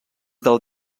del